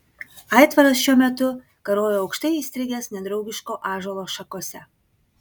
aitvaras šiuo metu karojo aukštai įstrigęs nedraugiško ąžuolo šakose